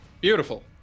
Beautiful